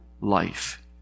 life